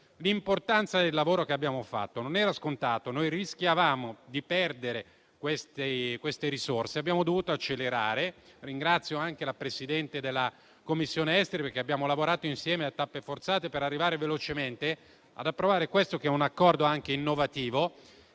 l'importanza del lavoro che abbiamo fatto. Non era scontato: rischiavamo di perdere queste risorse e abbiamo dovuto accelerare. Ringrazio anche la Presidente della 3a Commissione, perché abbiamo lavorato insieme, a tappe forzate, per arrivare velocemente ad approvare questo, che è un accordo anche innovativo